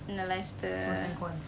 analyse the